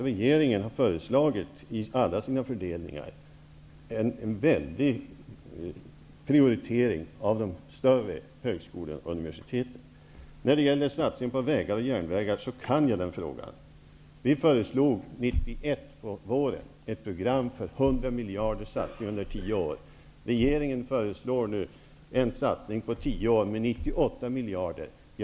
Regeringen prioriterar faktiskt de större högskolorna och universiteten. Börje Hörnlund talade om satsningar på vägar och järnvägar. Jag kan den frågan. På våren 1991 lade vi fram ett förslag om ett program med satsningar på 100 miljarder under tio år. Regeringen föreslår nu en satsning på 98 miljarder under tio år.